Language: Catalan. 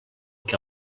que